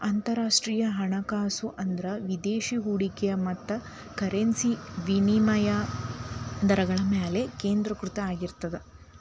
ಅಂತರರಾಷ್ಟ್ರೇಯ ಹಣಕಾಸು ಅಂದ್ರ ವಿದೇಶಿ ಹೂಡಿಕೆ ಮತ್ತ ಕರೆನ್ಸಿ ವಿನಿಮಯ ದರಗಳ ಮ್ಯಾಲೆ ಕೇಂದ್ರೇಕೃತ ಆಗಿರ್ತದ